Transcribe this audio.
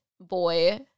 boy